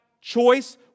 choice